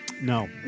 No